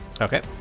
Okay